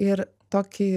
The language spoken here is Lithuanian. ir tokį